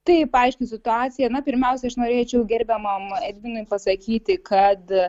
taip aiški situacija na pirmiausia aš norėčiau gerbiamam edvinui pasakyti kad